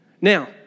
Now